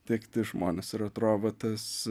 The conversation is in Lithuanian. tie kiti žmonės ir atrodo va tas